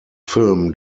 film